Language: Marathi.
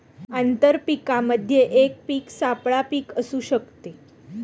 आंतर पीकामध्ये एक पीक सापळा पीक असू शकते